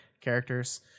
characters